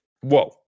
whoa